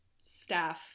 staff